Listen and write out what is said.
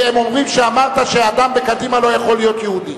הם אומרים שאמרת שאדם בקדימה לא יכול להיות יהודי.